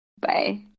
Bye